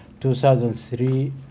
2003